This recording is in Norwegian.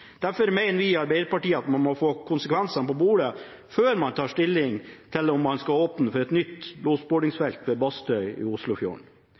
Derfor mener vi i Arbeiderpartiet at man må få konsekvensene på bordet før man tar stilling til om man skal åpne for et nytt losbordinsgfelt ved Bastøy i Oslofjorden.